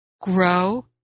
grow